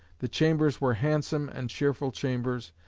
the chambers were handsome and cheerful chambers,